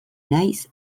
naiz